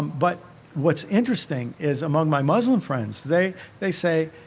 but what's interesting is, among my muslim friends, they they say,